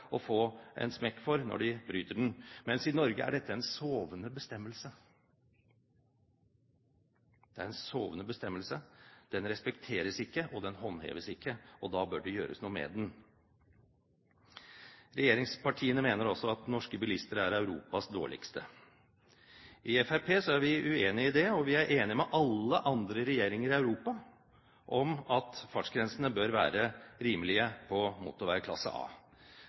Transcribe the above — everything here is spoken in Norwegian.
å få en smekk for når de bryter den. Mens i Norge er dette en sovende bestemmelse. Det er en sovende bestemmelse. Den respekteres ikke, og den håndheves ikke, og da bør det gjøres noe med den. Regjeringspartiene mener også at norske bilister er Europas dårligste. Fremskrittspartiet er uenig i det, og vi er enig med alle andre regjeringer i Europa om at fartsgrensene bør være rimelige på motorvei klasse A.